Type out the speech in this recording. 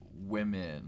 women